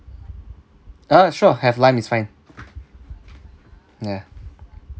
ah sure have lime is fine ya